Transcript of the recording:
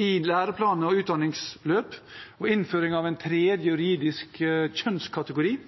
i læreplaner og utdanningsløp, og innføring av en tredje juridisk kjønnskategori,